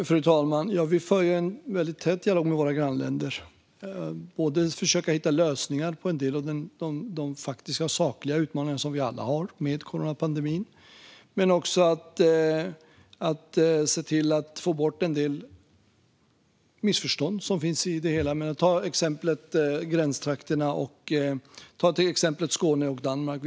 Fru talman! Vi för en väldigt tät dialog med våra grannländer för att försöka hitta lösningar på en del av de faktiska utmaningar vi alla har med coronapandemin, men också för att få bort en del missförstånd. Det senare gäller till exempel gränstrakterna mellan Skåne och Danmark.